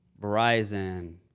Verizon